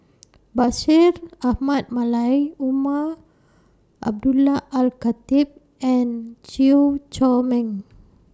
Bashir Ahmad Mallal Umar Abdullah Al Khatib and Chew Chor Meng